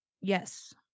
Yes